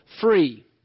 free